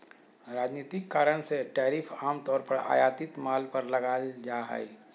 राजनीतिक कारण से टैरिफ आम तौर पर आयातित माल पर लगाल जा हइ